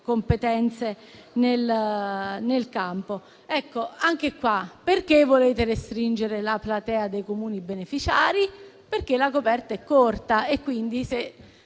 competenze nel campo. Anche in questo caso, perché volete restringere la platea dei Comuni beneficiari? Perché la coperta è corta e quindi, se